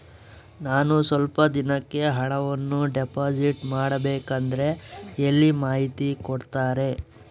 ನಾನು ಸ್ವಲ್ಪ ದಿನಕ್ಕೆ ಹಣವನ್ನು ಡಿಪಾಸಿಟ್ ಮಾಡಬೇಕಂದ್ರೆ ಎಲ್ಲಿ ಮಾಹಿತಿ ಕೊಡ್ತಾರೆ?